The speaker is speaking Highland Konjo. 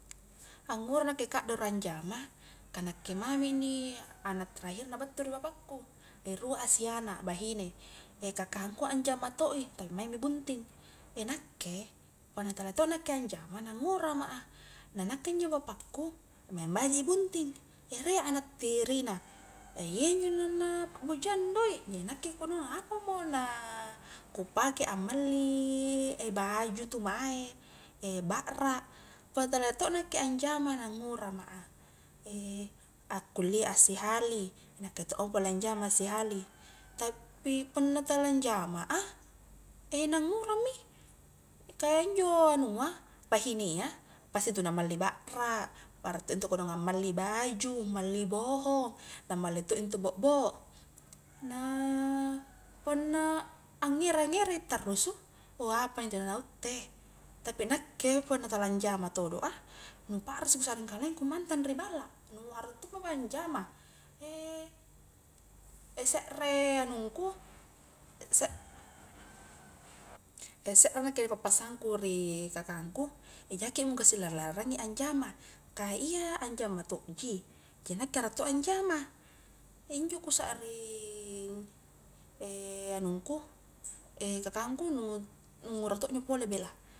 Angngura na ki kaddoro, anjama ka nakke mami inni anak terakhir na battu ri bapakku, rua a sianak bahine, kakangku anjama to i tapi maingmi bunting, nakke punna talia to nakke anjama na ngura ma a, na nakke injo bapakku maing baji i bunting riek anak tiri na iyanjo na na pakbojang doik, jadi nakke kodong apamo la ku pake ammali baju tu mae bakrak, punna talia to nakke anjama, na ngura ma a, akkullia a sihali, nakke tokmo pole anjama sihali tapi punna tala anjama a, nangura mi, ka injo anua bahinea pasti intu na malli bakrak, akrak to intu kodong ammali baju, malli bohong na malli to intu bokbo, na punna angere-ngerai tarrusu, ou apa injo na utte, tapi nakke, punna tala anjama todo a, nu pakrisi kusakring kalengku mantang ri balla, nu harus anjama, sekre anungku sek sekre nakke pappasangku ri kakangku, jaki mo gassing larang-larangi a anjama, ka iya anjama tokji, jari nakke arak to a anjama, injo ku sakring anungku kakangku nu-nu ngura to injo pole bela